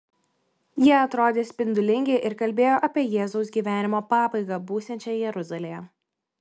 jie atrodė spindulingi ir kalbėjo apie jėzaus gyvenimo pabaigą būsiančią jeruzalėje